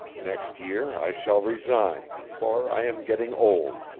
next year i shall resign, for i am getting old,